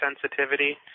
sensitivity